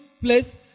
place